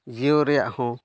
ᱡᱤᱭᱳ ᱨᱮᱭᱟᱜ ᱦᱚᱸ